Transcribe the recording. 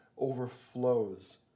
Overflows